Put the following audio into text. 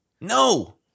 No